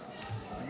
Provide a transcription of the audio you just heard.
שב,